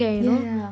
yeah yeah yeah